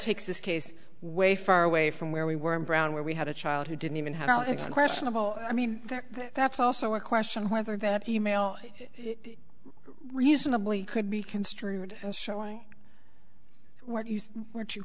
takes this case way far away from where we were in brown where we had a child who didn't even how it's questionable i mean that's also a question whether that e mail reasonably could be construed as showing what you were to